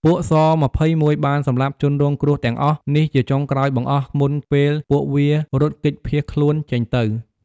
ពួក ស២១បានសំលាប់ជនរងគ្រោះទាំងអស់នេះជាចុងក្រោយបង្អស់មុនពេលពួកវារត់គេចភៀសខ្លួនចេញទៅ។